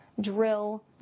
Drill